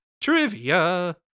Trivia